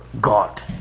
God